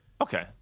Okay